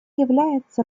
является